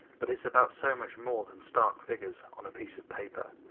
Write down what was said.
but it's about so much more than stark figures on a piece of paper,